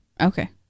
Okay